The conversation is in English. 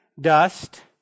Dust